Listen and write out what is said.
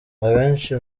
abenshi